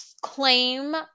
claim